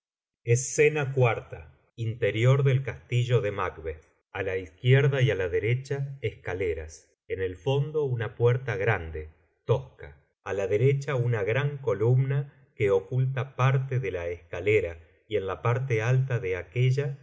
escena iv interior del castillo de macbeth á la izquierda y á la derecha escaleras en el fondo una puerta grande tosca a la derecha una gran columna que oculta pane de la escalera y en la parte alta de aquélla